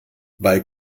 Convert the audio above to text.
bei